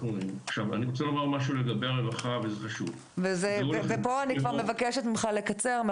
אני רוצה לומר משהו חשוב לגבי הרווחה פה אני מבקשת ממך לקצר,